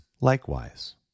likewise